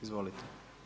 Izvolite.